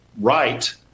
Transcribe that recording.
right